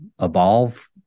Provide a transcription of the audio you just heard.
evolve